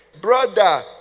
Brother